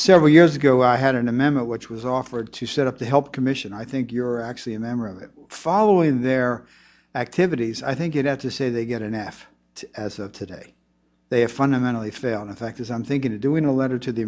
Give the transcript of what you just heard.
several years ago i had an amendment which was offered to set up the health commission i think you're actually in them are following their activities i think you'd have to say they get an f as of today they are fundamentally failing the fact is i'm thinking of doing a letter to the